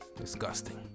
Disgusting